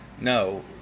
No